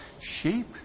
sheep